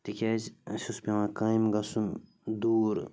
تِکیٛازِ اَسہِ اوس پٮ۪وان کامہِ گَژھُن دوٗر